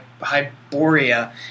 Hyboria